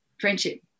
friendship